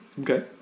okay